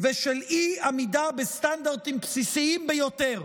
ושל אי-עמידה בסטנדרטים בסיסיים ביותר,